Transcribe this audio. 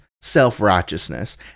self-righteousness